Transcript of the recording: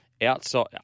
outside